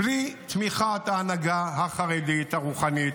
בלי תמיכת ההנהגה החרדית הרוחנית,